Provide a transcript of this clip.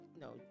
no